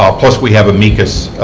ah plus, we have amicus